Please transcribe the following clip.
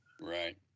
Right